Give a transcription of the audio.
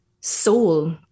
soul